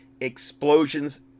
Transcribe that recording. explosions